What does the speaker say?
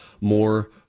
more